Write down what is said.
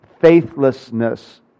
faithlessness